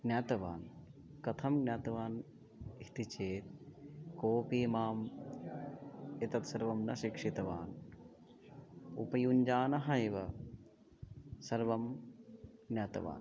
ज्ञातवान् कथं ज्ञातवान् इति चेत् कोपि माम् एतत् सर्वं न शिक्षितवान् उपयुञ्जानः एव सर्वं ज्ञातवान्